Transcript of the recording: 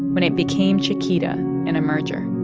when it became chiquita in a merger.